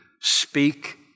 speak